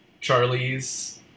Charlie's